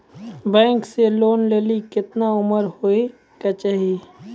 Bank से loan लेली केतना उम्र होय केचाही?